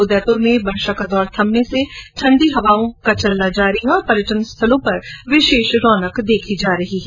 उदयपुर मेवाड वागड में बारिश का दौर थमने के बाद ठण्डी हवाओं का चलना जारी है और पर्यटन स्थलों पर विशेष रौनक देखी जा रही है